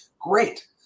great